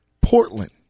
Portland